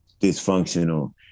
dysfunctional